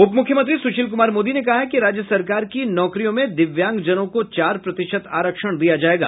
उप मुख्यमंत्री सुशील कुमार मोदी ने कहा है कि राज्य सरकार की नौकरियों में दिव्यांग जनों को चार प्रतिशत आरक्षण दिया जायेगा